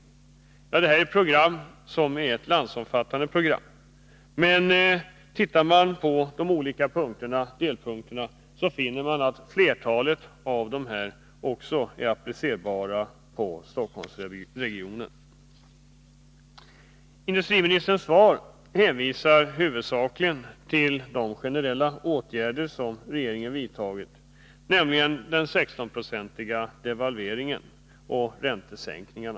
Detta är ett landsomfattande program, men ser man på de olika punkterna finner man att flertalet av dem också är applicerbara på Stockholmsregionen. Industriministern hänvisar i sitt svar huvudsakligen till de generella åtgärder som regeringen vidtagit, nämligen den 16-procentiga devalveringen och räntesänkningarna.